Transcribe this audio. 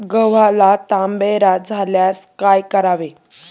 गव्हाला तांबेरा झाल्यास काय करावे?